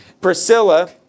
Priscilla